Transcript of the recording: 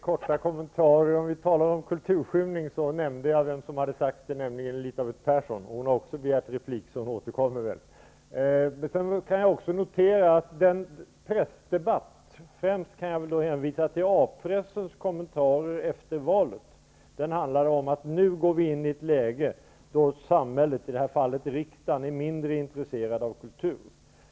Herr talman! Några korta kommentarer. Jag nämnde vem som hade använt ordet kulturskymning, nämligen Elisabeth Persson. Hon har också begärt replik, så hon återkommer väl. Sedan kan jag också notera att pressdebatten -- främst kan jag väl då hänvisa till A-pressens kommentarer efter valet -- handlade om att nu går vi in i ett läge då samhället, i det här fallet riksdagen, är mindre intresserat av kultur.